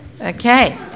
Okay